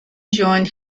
joined